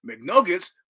McNuggets